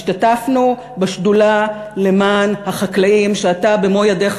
השתתפנו בשדולה למען החקלאים שאתה במו-ידיך